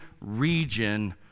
region